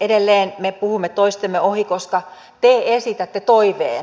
edelleen me puhumme toistemme ohi koska te esitätte toiveen